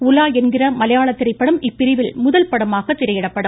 உலா என்கிற மலையாள திரைப்படம் இப்பிரிவில் முதல் படமாக திரையிடப்படும்